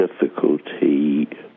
difficulty